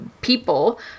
people